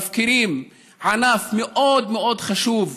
מפקירים ענף מאוד מאוד חשוב,